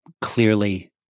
clearly